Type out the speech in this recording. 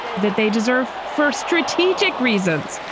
that they deserve for strategic reasons,